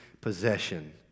possession